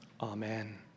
Amen